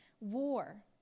war